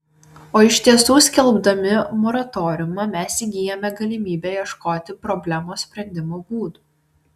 o iš tiesų skelbdami moratoriumą mes įgyjame galimybę ieškoti problemos sprendimo būdų